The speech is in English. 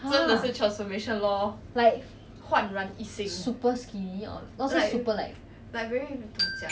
!huh! like super skinny or